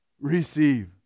receive